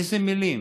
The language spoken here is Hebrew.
אילו מילים.